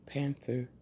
Panther